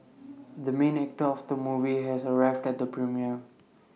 the main actor of the movie has arrived at the premiere